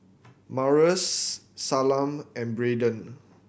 Marius Salma and Braiden